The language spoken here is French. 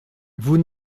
vous